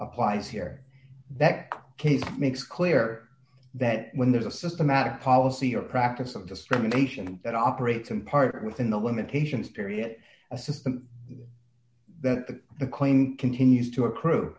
applies here that case makes clear that when there's a systematic policy or practice of discrimination that operates in part within the limitations period a system that the claim continues to accrue